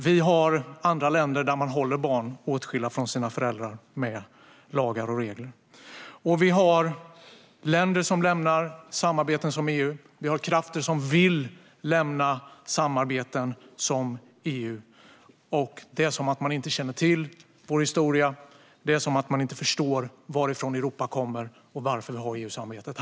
Vi har andra länder där man håller barn åtskilda från sina föräldrar med lagar och regler. Vi har länder som lämnar samarbeten som EU, och vi har krafter som vill lämna samarbeten som EU. Det är som att man inte känner till vår historia. Det är som att man inte förstår varifrån Europa kommer och varför vi har EU-samarbetet.